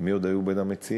מי עוד היו בין המציעים?